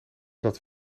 dat